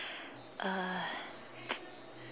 uh